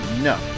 No